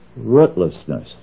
rootlessness